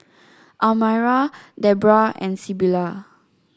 Almyra Debroah and Sybilla